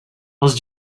els